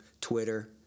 Twitter